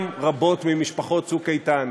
גם רבות ממשפחות צוק איתן,